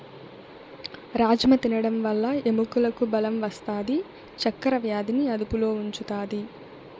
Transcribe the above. రాజ్మ తినడం వల్ల ఎముకలకు బలం వస్తాది, చక్కర వ్యాధిని అదుపులో ఉంచుతాది